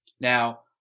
Now